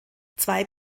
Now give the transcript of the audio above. zwei